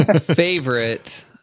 Favorite